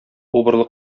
убырлы